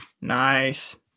Nice